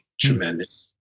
tremendous